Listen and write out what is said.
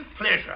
pleasure